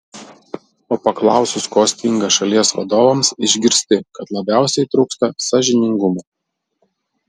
o paklausus ko stinga šalies vadovams išgirsti kad labiausiai trūksta sąžiningumo